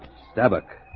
staubach